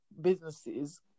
businesses